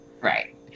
Right